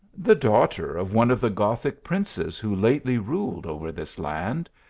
the daughter of one of the gothic princes who lately ruled over this land.